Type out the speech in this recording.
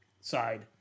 side